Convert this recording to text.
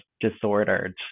disordered